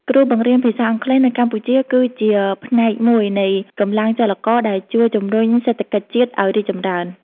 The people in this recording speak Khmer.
គ្រូបង្រៀនភាសាអង់គ្លេសនៅកម្ពុជាគឺជាផ្នែកមួយនៃកម្លាំងចលករដែលជួយជំរុញសេដ្ឋកិច្ចជាតិឱ្យរីកចម្រើន។